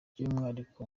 by’umwihariko